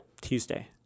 Tuesday